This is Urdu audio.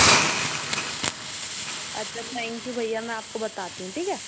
اچھا اچھا تھینک یو بھیا میں آپ کو بتاتی ہوں ٹھیک ہے